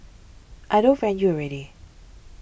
I don't friend you already